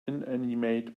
inanimate